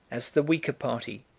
as the weaker party,